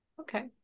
okay